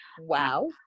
wow